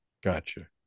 gotcha